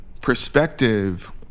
perspective